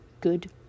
good